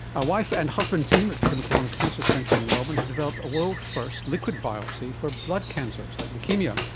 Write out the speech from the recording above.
a wife and husband team at peter maccallum cancer centre in melbourne have developed a world first liquid biopsy for blood cancers like leukaemia,